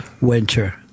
Winter